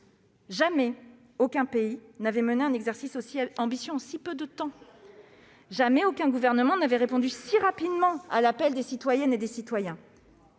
jamais aucun pays n'a mené un exercice aussi ambitieux en si peu de temps. Jamais aucun gouvernement n'a répondu si rapidement à l'appel des citoyennes et des citoyens